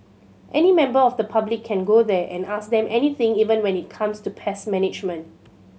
any member of the public can go there and ask them anything even when it comes to pest management